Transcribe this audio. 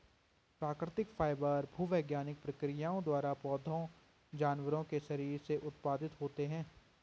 प्राकृतिक फाइबर भूवैज्ञानिक प्रक्रियाओं द्वारा पौधों जानवरों के शरीर से उत्पादित होते हैं